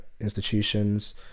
institutions